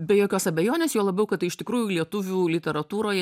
be jokios abejonės juo labiau kad tai iš tikrųjų lietuvių literatūroje